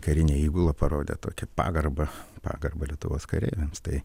karinę įgulą parodė tokią pagarbą pagarbą lietuvos kareiviams tai